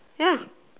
yeah